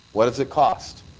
what does it cost?